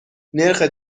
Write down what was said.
نرخ